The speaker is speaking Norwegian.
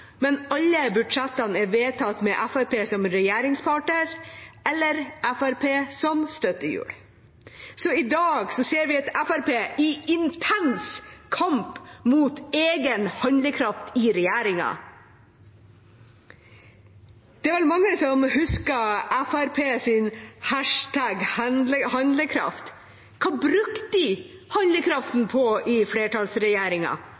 alle budsjettene er vedtatt med Fremskrittspartiet som regjeringspartner eller med Fremskrittspartiet som støttehjul. Så i dag ser vi Fremskrittspartiet i intens kamp mot egen handlekraft i regjering. Det er vel mange som husker Fremskrittspartiets #handlekraft. Hva brukte de